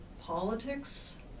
politics